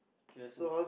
K let's move